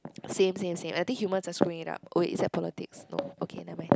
same same same I think humans are screwing it up wait is that politics no okay never mind